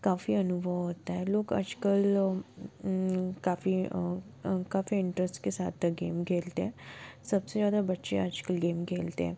काफ़ी अनुभव होता है लोग आज कल काफ़ी काफ़ी इंटरेस्ट के साथ गेम खेलते हैं सब से ज़्यादा बच्चे आज कल गेम खेलते हैं